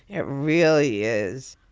it really is.